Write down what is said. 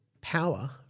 power